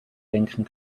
denken